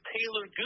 Taylor